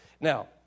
Now